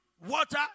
water